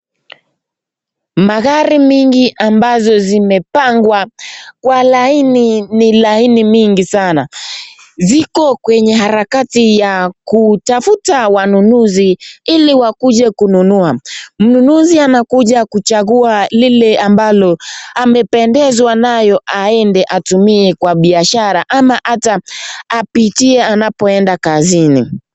Magari mingi ambazo zimepangwa kwa laini ni laini mingi sana. Ziko kwenye harakati ya kutafuta wanunuzi ili wakuje kununua. Mnunuzi anakuja kuchagua lile ambalo amependezwa nayo aende atumie kwa biashara ama hata apitie anapoenda kazini.